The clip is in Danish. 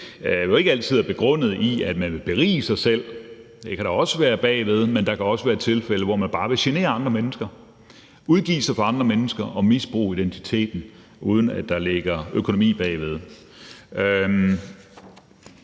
det jo ikke altid er begrundet i, at man vil berige sig selv, det kan også være en grund, men der kan også være tilfælde, hvor man bare vil genere andre mennesker, udgive sig for at være andre mennesker og misbruge identiteten, uden at der ligger økonomi bagved.